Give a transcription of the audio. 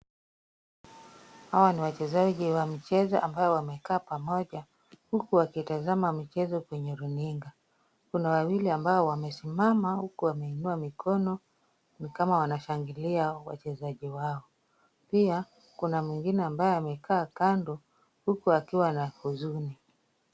Hawa ni wachezaji wa mchezo ambao wamekaa pamoja huku wakitazama mchezo kwenye runinga, Kuna wawili ambao wamesimama huku wameinua mikono ni kama wanashangilia wachezaji wao, pia Kuna mwingine ambaye amekaa kando huku akiwa na huzuni.